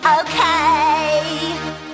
okay